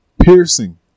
piercing